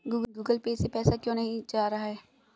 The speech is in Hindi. गूगल पे से पैसा क्यों नहीं जा रहा है?